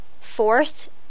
Fourth